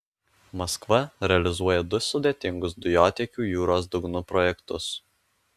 maskva realizuoja du sudėtingus dujotiekių jūros dugnu projektus